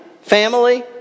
family